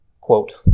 quote